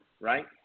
right